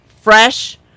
Fresh